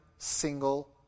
single